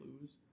lose